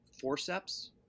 forceps